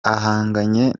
ahanganye